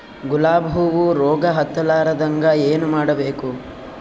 ಗುಲಾಬ್ ಹೂವು ರೋಗ ಹತ್ತಲಾರದಂಗ ಏನು ಮಾಡಬೇಕು?